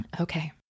Okay